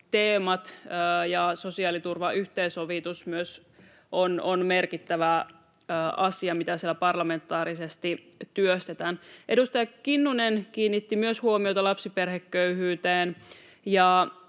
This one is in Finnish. teemat ja sosiaaliturvan yhteensovitus ovat merkittävä asia, mitä siellä parlamentaarisesti työstetään. Edustaja Kinnunen kiinnitti myös huomiota lapsiperheköyhyyteen.